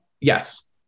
Yes